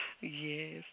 Yes